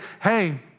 hey